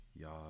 Y'all